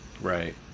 Right